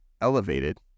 elevated